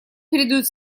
передают